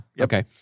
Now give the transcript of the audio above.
Okay